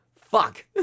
Fuck